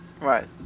Right